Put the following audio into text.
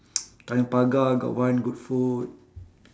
tanjong pagar got one good food